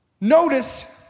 Notice